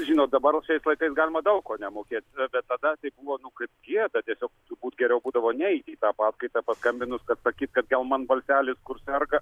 žinot dabar šiais laikais galima daug ko nemokėt bet tada buvo nu kaip gėda tiesiog turbūt geriau būdavo neiti į tą paskaitą paskambinus kad sakyt kad gal man balselis kur serga